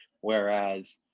whereas